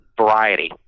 Variety